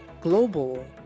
Global